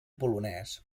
polonès